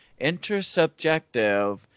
intersubjective